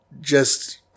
just-